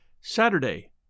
Saturday